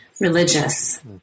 religious